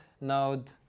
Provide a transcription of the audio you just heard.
node